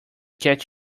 get